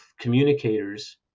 communicators